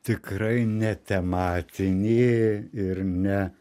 tikrai ne tematinį ir ne